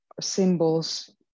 symbols